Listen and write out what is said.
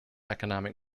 economic